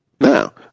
Now